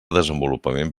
desenvolupament